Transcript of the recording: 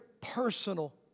personal